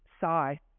sigh